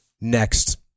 next